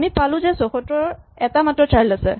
আমি পালো যে ৭৪ ৰ এটা মাত্ৰ চাইল্ড আছে